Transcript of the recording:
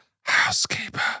housekeeper